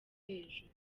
hejuru